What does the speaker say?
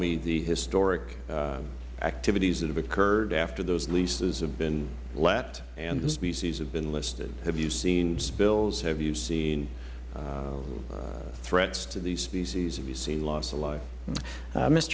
me the historic activities that have occurred after those leases have been let and the species have been listed have you seen spills have you seen threats to these species have you seen loss of life mis